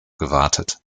gewartet